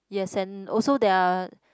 yes and also there are